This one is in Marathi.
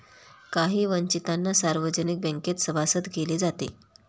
काही वंचितांना सार्वजनिक बँकेत सभासद केले जाते